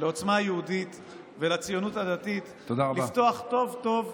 לעוצמה יהודית ולציונות הדתית, לפתוח טוב טוב,